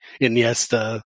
Iniesta